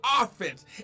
offense